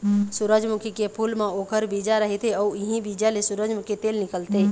सूरजमुखी के फूल म ओखर बीजा रहिथे अउ इहीं बीजा ले सूरजमूखी तेल निकलथे